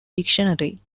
dictionary